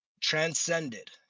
transcended